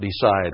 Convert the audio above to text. decide